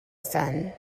san